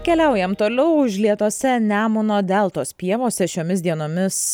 keliaujam toliau užlietose nemuno deltos pievose šiomis dienomis